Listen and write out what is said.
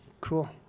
Cool